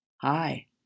Hi